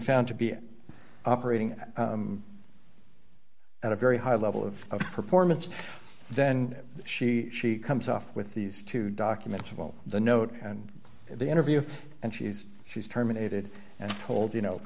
found to be operating at a very high level of performance then she she comes off with these two documents well the note and the interview and she's she's terminated and told you know